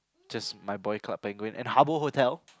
just my boy Club Penguin and Habbo hotel